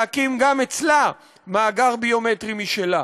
להקים, גם אצלה, מאגר ביומטרי משלה.